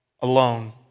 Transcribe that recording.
alone